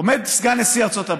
עומד סגן נשיא ארצות הברית,